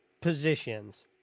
positions